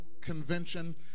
Convention